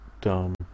dumb